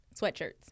sweatshirts